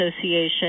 Association